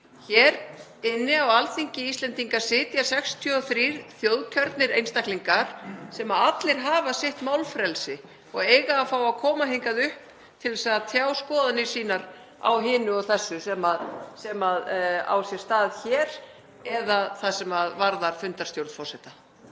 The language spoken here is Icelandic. Hér á Alþingi Íslendinga sitja 63 þjóðkjörnir einstaklingar sem allir hafa sitt málfrelsi og eiga að fá að koma hingað upp til að tjá skoðanir sínar á hinu og þessu sem á sér stað hér eða sem varðar fundarstjórn forseta.